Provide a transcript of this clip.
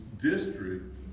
district